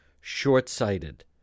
short-sighted